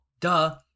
duh